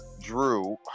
drew